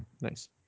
Nice